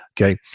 Okay